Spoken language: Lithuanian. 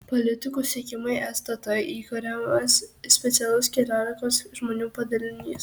politikų sekimui stt įkuriamas specialus keliolikos žmonių padalinys